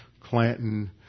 Clanton